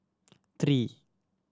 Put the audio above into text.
three